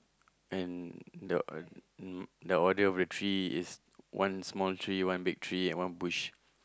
and the uh the order of the tree is one small tree one big tree and one bush